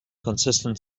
consistent